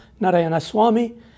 Narayanaswamy